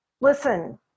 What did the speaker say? listen